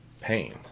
pain